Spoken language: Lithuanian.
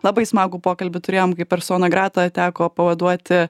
labai smagų pokalbį turėjom kai persona grata teko pavaduoti